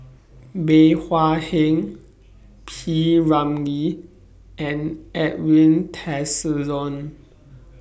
Bey Hua Heng P Ramlee and Edwin Tessensohn